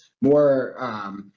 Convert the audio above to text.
more